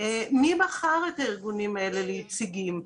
מי בחר את הארגונים האלה לנציגים?